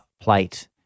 plate